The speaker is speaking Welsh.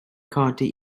codi